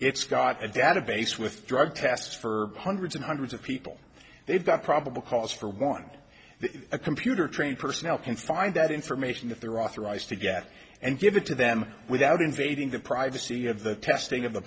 it's got a data faced with drug tests for hundreds and hundreds of people they've got probable cause for one a computer trained personnel can find that information that they're authorized to get and give it to them without invading the privacy of the testing of the